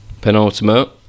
penultimate